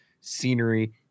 scenery